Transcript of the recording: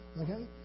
Okay